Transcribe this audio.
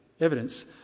evidence